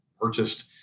purchased